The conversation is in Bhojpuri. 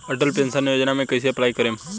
अटल पेंशन योजना मे कैसे अप्लाई करेम?